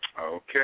Okay